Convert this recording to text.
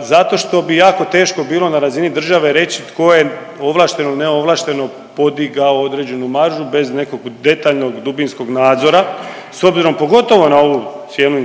zato što bi jako teško bilo na razini države reć tko je ovlašteno, neovlašteno podigao određenu maržu bez nekog detaljnog dubinskog nadzora s obzirom pogotovo na ovu cijenu